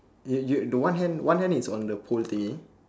yeah yeah the one hand one hand is on the pole thingy